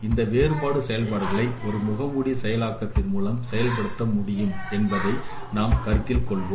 இந்த வேறுபாடு செயல்பாடுகளை ஒரு முகமூடி செயலாக்கத்தின் மூலம் செயல்படுத்த முடியும் என்பதை நாம் கருத்தில் கொள்வோம்